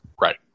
Right